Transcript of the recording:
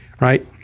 Right